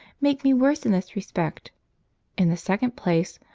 make me worse in this respect in the second place,